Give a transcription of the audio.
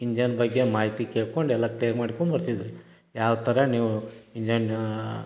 engine ಬಗ್ಗೆ ಮಾಹಿತಿ ಕೇಳ್ಕೊಂಡು ಎಲ್ಲ ಕ್ಲೇರ್ ಮಾಡ್ಕೊಂಡು ಬರ್ತಿದ್ವಿ ಯಾವ ಥರ ನೀವು ಇಂಜನ್ನೂ